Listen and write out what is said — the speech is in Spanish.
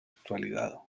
actualidad